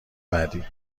بعدی